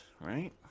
Right